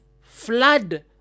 flood